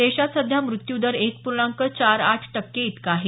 देशात सध्या मृत्यूदर एक पूर्णांक चार आठ टक्के इतका आहे